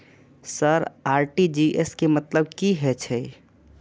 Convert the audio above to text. Sir RTGS के मतलब की हे छे?